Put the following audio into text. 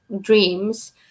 dreams